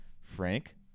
Frank